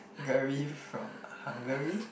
gary from Hungary